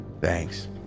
Thanks